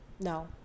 No